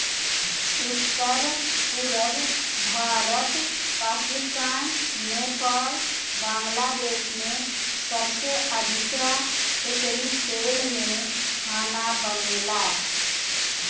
उत्तर, पुरब भारत, पाकिस्तान, नेपाल, बांग्लादेश में सबसे अधिका एकरी तेल में खाना बनेला